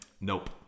Nope